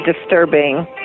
disturbing